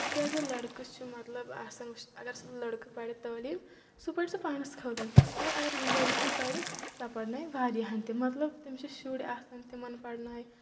تِکیازِ لٔڑکہٕ چھِ مطلب آسان وٕچھ اگر سُہ لٔڑکہٕ پَرِ تعلیٖم سُہ پَرِ سُہ پانَس خٲطرٕ مگر اگر لٔڑکی پَرِ سۄ پَرنایہِ وارِیہن تہِ مطلب تٔمِس چھِ شُرۍ آسَان تِمَن پَرنایہِ